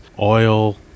oil